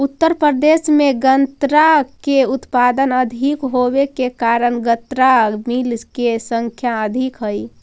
उत्तर प्रदेश में गन्ना के उत्पादन अधिक होवे के कारण गन्ना मिलऽ के संख्या अधिक हई